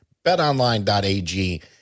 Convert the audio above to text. BetOnline.ag